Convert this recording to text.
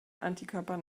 antikörper